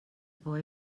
boy